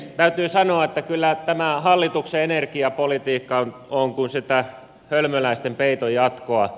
täytyy sanoa että kyllä tämä hallituksen energiapolitiikka on kuin sitä hölmöläisten peitonjatkoa